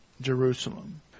Jerusalem